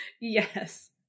Yes